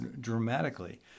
dramatically